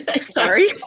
sorry